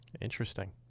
Interesting